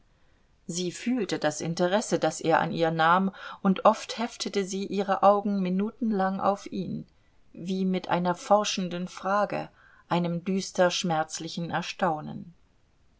sie fühlte das interesse das er an ihr nahm und oft heftete sie ihre augen minutenlang auf ihn wie mit einer forschenden frage einem düster schmerzlichen erstaunen